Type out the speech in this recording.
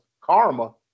karma